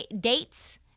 dates